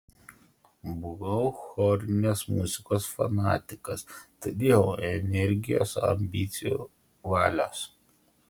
buvau chorinės muzikos fanatikas turėjau energijos ambicijų valios